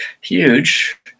huge